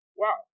wow